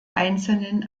einzelnen